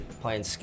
playing